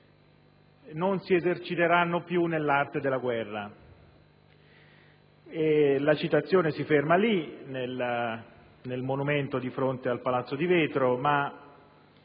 non si eserciteranno più nell'arte della guerra». La citazione scolpita sul monumento di fronte al Palazzo di Vetro si